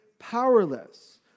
powerless